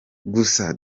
gusa